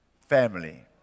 family